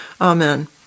Amen